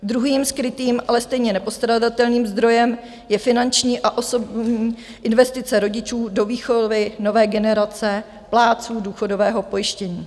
Druhým skrytým, ale stejně nepostradatelným, zdrojem je finanční a osobní investice rodičů do výchovy nové generace plátců důchodového pojištění.